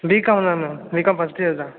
BCom தான் ma'am B Com first year தான்